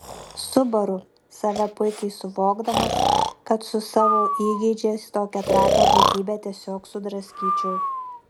subaru save puikiai suvokdamas kad su savo įgeidžiais tokią trapią būtybę tiesiog sudraskyčiau